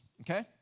Okay